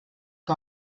que